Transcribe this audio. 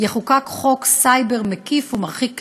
יחוקק חוק סייבר מקיף ומרחיק לכת,